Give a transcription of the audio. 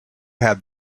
had